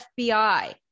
FBI